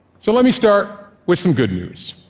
so let me start with some good news.